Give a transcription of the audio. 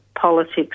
politics